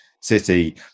city